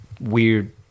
weird